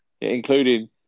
Including